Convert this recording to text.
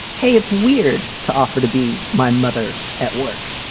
hey, it's weird to offer to be my mother at work.